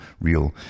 real